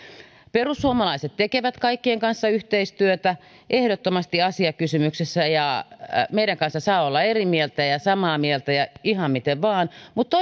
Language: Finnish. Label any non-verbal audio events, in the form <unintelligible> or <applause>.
perussuomalaiset tekevät kaikkien kanssa yhteistyötä ehdottomasti asiakysymyksissä ja meidän kanssamme saa olla eri mieltä ja samaa mieltä ja ihan miten vain mutta <unintelligible>